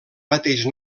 mateix